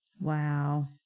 Wow